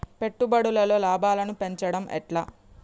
పెట్టుబడులలో లాభాలను పెంచడం ఎట్లా?